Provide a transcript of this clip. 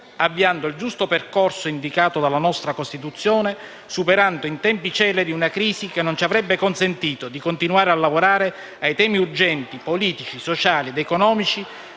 avviando il giusto percorso indicato dalla nostra Costituzione, superando in tempi celeri una crisi che non ci avrebbe consentito di continuare a lavorare ai temi urgenti, politici, sociali ed economici